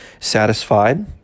satisfied